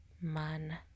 man